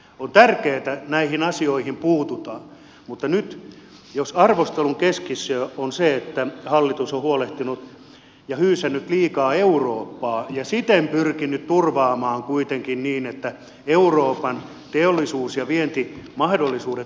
on tärkeää että näihin asioihin puututaan mutta nyt arvostelun keskiössä on se että hallitus on hyysännyt liikaa eurooppaa ja siten pyrkinyt turvaamaan kuitenkin niin että euroopan teollisuus ja vientimahdollisuudet eurooppaan toimisivat